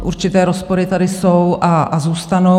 Určité rozpory tady jsou a zůstanou.